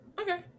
okay